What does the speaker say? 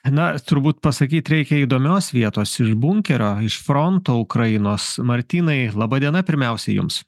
na turbūt pasakyt reikia įdomios vietos iš bunkerio iš fronto ukrainos martynai laba diena pirmiausia jums